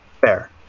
fair